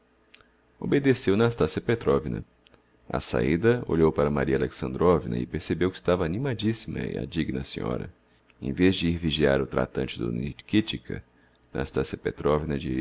obedeceu nastassia petrovna á saída olhou para maria alexandrovna e percebeu que estava animadissima a digna senhora em vez de ir vigiar o tratante do